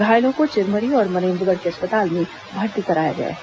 घायलों को चिरमिरी और मनेन्द्रगढ़ के अस्पताल में भर्ती कराया गया है